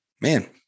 man